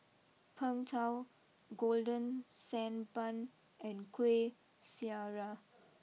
Png Tao Golden Sand Bun and Kuih Syara